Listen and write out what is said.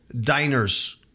Diners